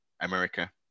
America